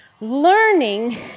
learning